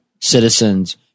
citizens